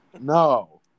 No